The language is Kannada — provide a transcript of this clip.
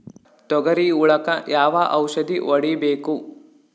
ತೊಗರಿ ಹುಳಕ ಯಾವ ಔಷಧಿ ಹೋಡಿಬೇಕು?